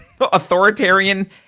authoritarian